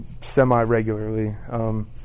semi-regularly